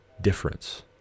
difference